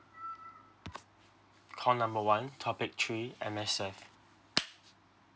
call number one topic three M_S_F